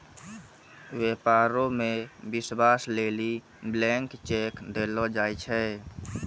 व्यापारो मे विश्वास लेली ब्लैंक चेक देलो जाय छै